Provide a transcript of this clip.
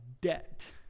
debt